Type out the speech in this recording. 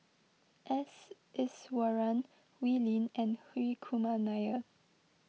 S Iswaran Wee Lin and Hri Kumar Nair